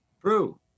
True